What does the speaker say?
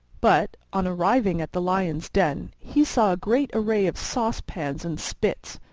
but, on arriving at the lion's den, he saw a great array of saucepans and spits,